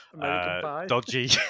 dodgy